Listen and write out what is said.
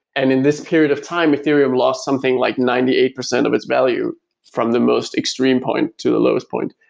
and in this period of time, ethereum ethereum lost something like ninety eight percent of its value from the most extreme point to the lowest point.